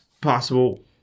possible